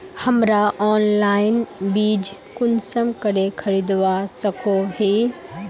हमरा ऑनलाइन बीज कुंसम करे खरीदवा सको ही?